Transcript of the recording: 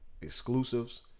Exclusives